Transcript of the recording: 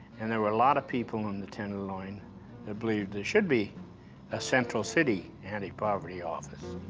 and there were a lot of people in the tenderloin that believed there should be a central city anti-poverty office.